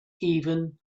even